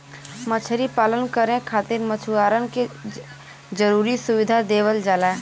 मछरी पालन करे खातिर मछुआरन के जरुरी सुविधा देवल जाला